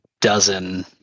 dozen